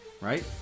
right